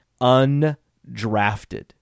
undrafted